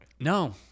No